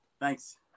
Thanks